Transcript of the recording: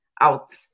out